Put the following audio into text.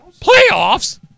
Playoffs